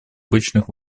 обычных